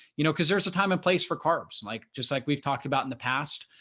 you know, because there's a time and place for carbs like just like we've talked about in the past.